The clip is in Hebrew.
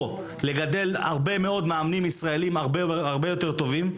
לגדל הרבה מאוד מאמנים ישראלים הרבה יותר טובים.